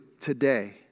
today